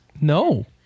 No